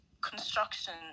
construction